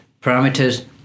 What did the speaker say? parameters